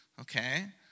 okay